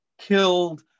killed